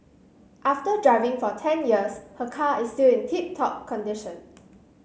after driving for ten years her car is still in tip top condition